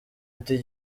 ati